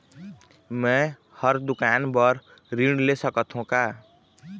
मैं हर दुकान बर ऋण ले सकथों का?